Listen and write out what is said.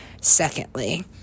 secondly